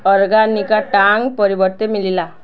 organic ଟାଙ୍ଗ୍ ପରିବର୍ତ୍ତେ ମିଳିଲା